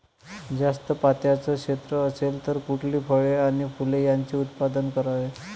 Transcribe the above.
जास्त पात्याचं क्षेत्र असेल तर कुठली फळे आणि फूले यांचे उत्पादन करावे?